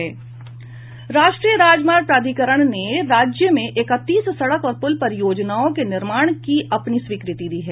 राष्ट्रीय राजमार्ग प्राधिकरण ने राज्य में एकतीस सड़क और पुल परियोजनाओं के निर्माण की अपनी स्वीकृति दी है